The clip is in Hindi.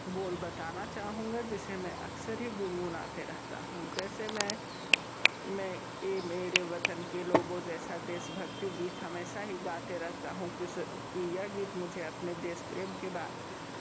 बोल बताना चाहूंगा जिसे मैं अक्सर ही गुनगुनाते रहता हूँ जैसे मैं मैं ऐ मेरे वतन के लोगों जैसा देशभक्ति गीत हमेशा ही गाते रहता हूँ कि उस कि यह गीत मुझे अपने देश प्रेम के बारे